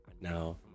Now